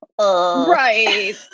right